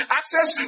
access